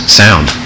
sound